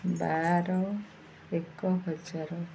ବାର ଏକ ହଜାର